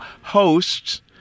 hosts